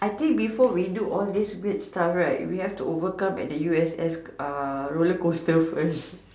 I think before we do all this weird stuff right we have to overcome at the U_S_S roller coaster first